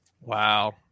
Wow